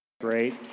Great